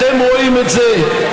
אתם רואים את זה,